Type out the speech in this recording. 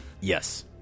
Yes